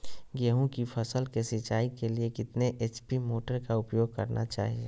गेंहू की फसल के सिंचाई के लिए कितने एच.पी मोटर का उपयोग करना चाहिए?